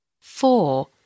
Four